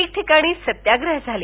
ठिकठिकाणी सत्याग्रह झाले